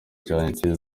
cyanjye